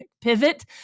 pivot